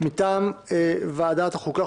מטעם ועדת החוקה,